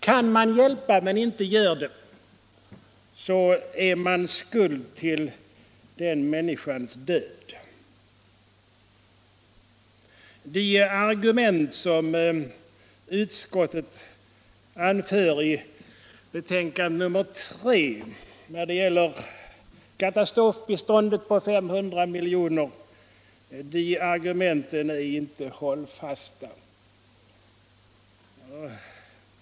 Kan man hjälpa men inte gör det, är man skuld till den människans död. De argument som utrikesutskottet anför i sitt betänkande nr 3 när det gäller katastrofbistånd på 500 milj.kr. är inte hållfasta.